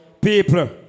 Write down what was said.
people